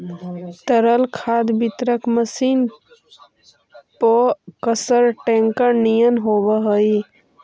तरल खाद वितरक मशीन पअकसर टेंकर निअन होवऽ हई